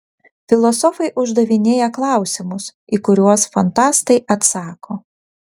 filosofai uždavinėja klausimus į kuriuos fantastai atsako